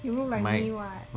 you rode like me what